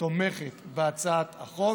תומכת בהצעת החוק,